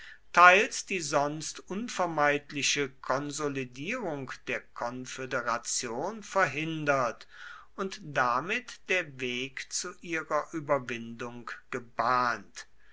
teils die sonst unvermeidliche konsolidierung der konföderation verhindert und damit der weg zu ihrer überwindung gebahnt